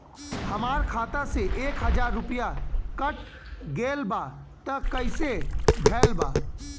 हमार खाता से एक हजार रुपया कट गेल बा त कइसे भेल बा?